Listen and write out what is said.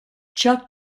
chuck